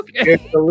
Okay